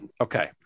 Okay